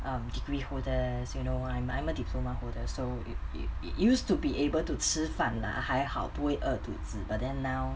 um degree holders you know I'm I'm a diploma holders so you used to be able to 吃饭 lah 还好不会饿肚子 but then now